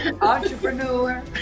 Entrepreneur